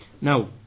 Now